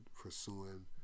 pursuing